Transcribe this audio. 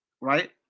right